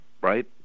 right